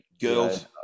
girls